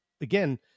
again